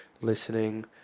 listening